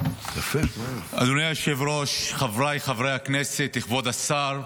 אדוני היושב-ראש, חבריי חברי הכנסת, כבוד השר,